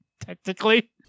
technically